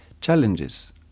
challenges